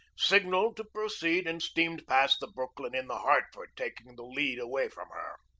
signalled to proceed and steamed past the brooklyn in the hartford, taking the lead away from her.